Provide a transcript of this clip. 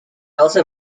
also